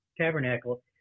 tabernacle